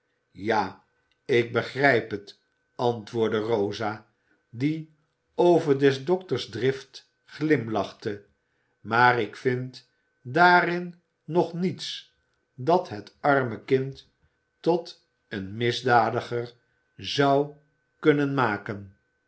ja ik begrijp het antwoordde rosa die over des dokters drift glimlachte maar ik vind daarin nog niets dat het arme kind tot een misdadiger zou kunnen maken